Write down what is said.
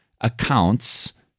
accounts